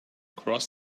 cross